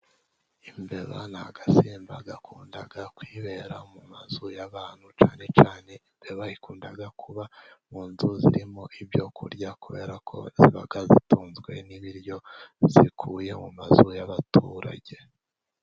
Imbeba ni agasimba gakunda kwibera mu mazu y'abantu, cyane cyane imbeba ikunda kuba mu nzu zirimo ibyo kurya kubera ko ziba zitunzwe n'ibiryo zikuye mu mazu y'abaturage.